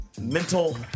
mental